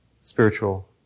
spiritual